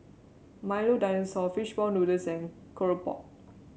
Milo Dinosaur fish ball noodles and keropok